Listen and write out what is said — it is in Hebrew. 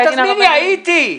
אל תזמיני, הייתי.